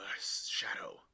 shadow